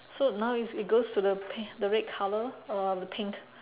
so now is it goes to the pi~ the red colour uh the pink